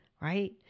right